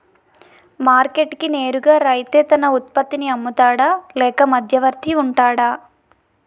Market కి నేరుగా రైతే తన ఉత్పత్తి నీ అమ్ముతాడ లేక మధ్యవర్తి వుంటాడా?